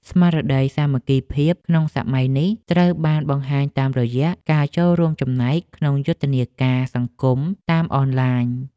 ស្មារតីសាមគ្គីភាពក្នុងសម័យនេះត្រូវបានបង្ហាញតាមរយៈការចូលរួមចំណែកក្នុងយុទ្ធនាការសង្គមតាមអនឡាញ។